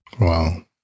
Wow